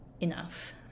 enough